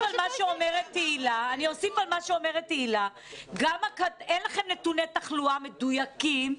על מה שאומרת תהלה: אין לכם נתוני תחלואה מדויקים,